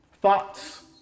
Thoughts